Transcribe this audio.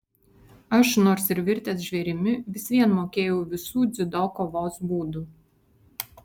aš nors ir virtęs žvėrimi vis vien mokėjau visų dziudo kovos būdų